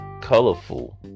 colorful